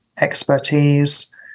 expertise